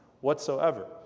whatsoever